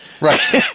right